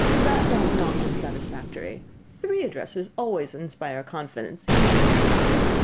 that sounds not unsatisfactory. three addresses always inspire confidence, even in tradesmen.